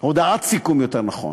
הודעת סיכום יותר נכון.